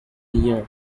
year